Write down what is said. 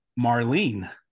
Marlene